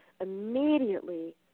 immediately